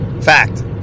Fact